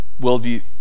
worldview